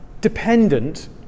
dependent